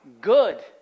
Good